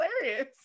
hilarious